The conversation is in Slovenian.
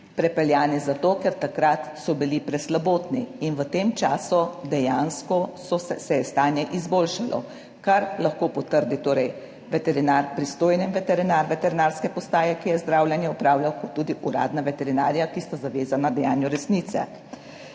pripeljani zato, ker takrat so bili preslabotni in v tem času dejansko so, se je stanje izboljšalo, kar lahko potrdi torej veterinar, pristojni veterinar veterinarske postaje, ki je zdravljenje opravljal, kot tudi uradna veterinarja, ki sta zavezana dejanju resnice.